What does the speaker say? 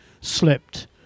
slipped